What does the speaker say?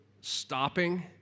stopping